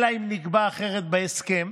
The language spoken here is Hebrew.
אלא אם נקבע אחרת בהסכם.